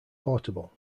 portable